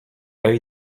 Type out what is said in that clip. œil